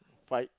fight